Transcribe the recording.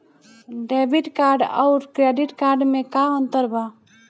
Debit card आउर credit card मे का अंतर बा?